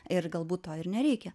ir galbūt to ir nereikia